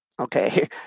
Okay